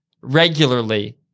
regularly